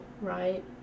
right